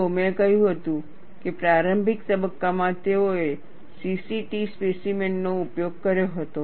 જુઓ મેં કહ્યું હતું કે પ્રારંભિક તબક્કામાં તેઓએ CCT સ્પેસીમેનનો ઉપયોગ કર્યો હતો